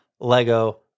Lego